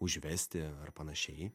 užvesti ar panašiai